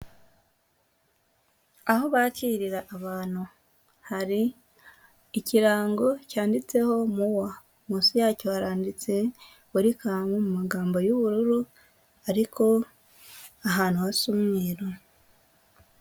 Aho bakirira abantu, hari ikirango cyanditseho muwa, munsi yacyo haranditse welikamu mu mu magambo y'ubururu, ariko ahantu hasa umweru.